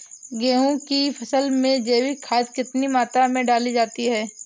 गेहूँ की फसल में जैविक खाद कितनी मात्रा में डाली जाती है?